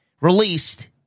released